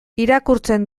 irakurtzen